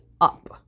up